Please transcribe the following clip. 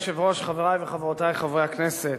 אדוני היושב-ראש, חברי וחברותי חברי הכנסת,